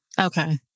Okay